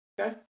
Okay